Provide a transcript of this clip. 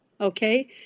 okay